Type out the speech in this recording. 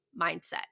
mindset